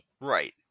Right